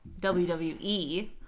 WWE